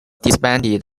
disbanded